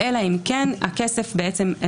אלא אם כן הכסף נפרע,